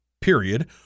period